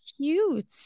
cute